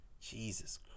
jesus